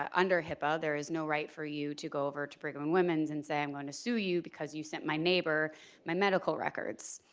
um under hipaa, there is no right for you to go over to brigham and women's and say i'm going to sue you because you sent my neighbor my medical records.